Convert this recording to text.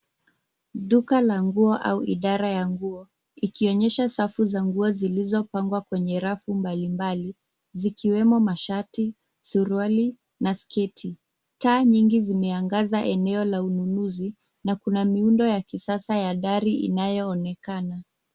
Duka la nguo au idara ya nguo, ikionyesha safu za nguo zilizopangwa kwenye rafu mbali mbali, zikiwemo mashati, suruali, na sketi. Taa nyingi zimeangaza eneo la ununuzi, na kuna miundo ya kisasa ya dari inayoonekana.